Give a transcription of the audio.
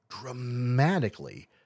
dramatically